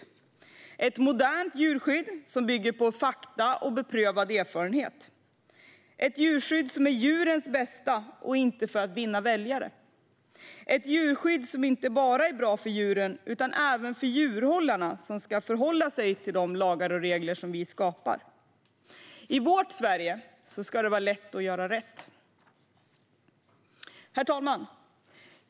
Det ska vara ett modernt djurskydd som bygger på fakta och beprövad erfarenhet, ett djurskydd som är för djurens bästa och inte för att vinna väljare, ett djurskydd som inte bara är bra för djuren utan även för djurhållarna som ska förhålla sig till de lagar och regler som vi skapar. I vårt Sverige ska det vara lätt att göra rätt. Herr talman!